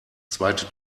zweite